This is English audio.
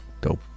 dope